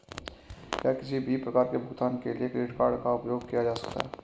क्या किसी भी प्रकार के भुगतान के लिए क्रेडिट कार्ड का उपयोग किया जा सकता है?